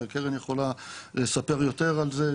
וקרן יכולה לספר יותר על זה,